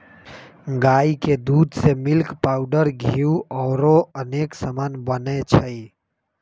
गाई के दूध से मिल्क पाउडर घीउ औरो अनेक समान बनै छइ